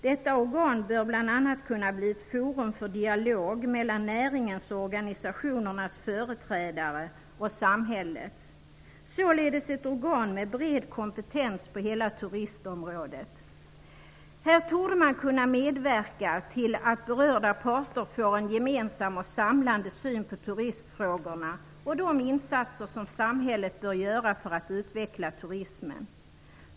Detta organ bör bl.a. kunna bli ett forum för dialog mellan näringens, organisationernas och samhällets företrädare, således ett organ med bred kompetens på hela turistområdet. Här torde man kunna medverka till att berörda parter får en gemensam och samlande syn på turistfrågorna och de insatser som samhället bör göra för att utveckla turismen.